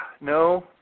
No